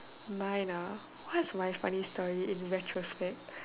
mine ah what's my funny story in retrospect